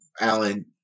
Alan